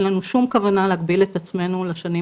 אין לנו שום כוונה להגביל את עצמנו לשנים